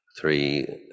three